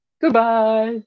Goodbye